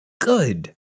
Good